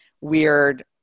weird